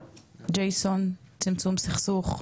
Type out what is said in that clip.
ג'ייסון צמצום סכסוך,